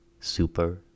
super